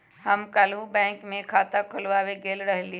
हम काल्हु बैंक में खता खोलबाबे गेल रहियइ